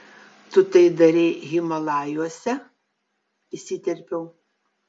tu tai darei himalajuose įsiterpiau